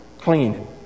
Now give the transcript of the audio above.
clean